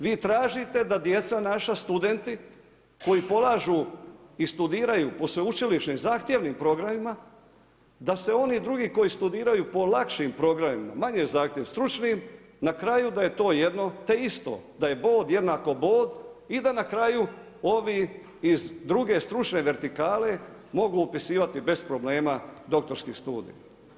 Vi tražite da djeca naša studenti koji polažu i studiraju po sveučilišnim zahtjevnim programima da se oni drugi koji studiraju po lakšim programima, manje zahtjevnim, stručnim na kraju da je to jedno te isto, da je bod jednako bod i da na kraju ovi iz druge stručne vertikale mogu upisivati bez problema doktorski studij.